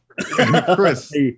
Chris